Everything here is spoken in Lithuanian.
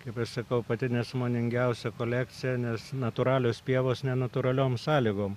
kaip aš sakau pati nesąmoningiausia kolekcija nes natūralios pievos nenatūraliom sąlygom